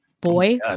boy